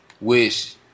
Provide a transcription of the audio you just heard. wish